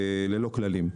וללא כללים.